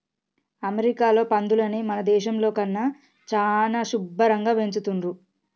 అమెరికాలో పందులని మన దేశంలో కన్నా చానా శుభ్భరంగా పెంచుతున్రు